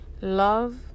Love